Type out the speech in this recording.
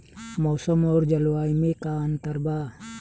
मौसम और जलवायु में का अंतर बा?